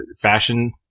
fashion